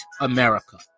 America